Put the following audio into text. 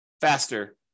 faster